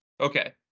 Okay